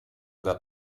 that